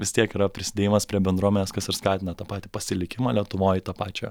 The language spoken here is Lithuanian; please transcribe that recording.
vis tiek yra prisidėjimas prie bendruomenės kas ir skatina tą patį pasilikimą lietuvoj tą pačią